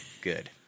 Good